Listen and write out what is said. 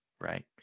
right